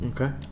Okay